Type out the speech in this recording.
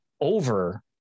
over